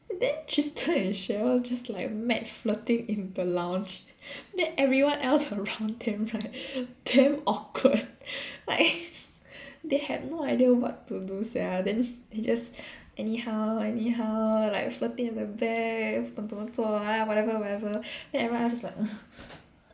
then Tristen and Sheryl just like mad flirting in the lounge then everyone else around them like damn awkward like they had no idea what to do sia then they just anyhow anyhow like flirting in the back 不懂怎么做啦 whatever whatever then everyone else like